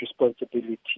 responsibility